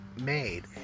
made